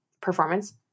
performance